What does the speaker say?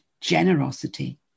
generosity